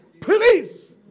Please